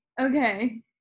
Okay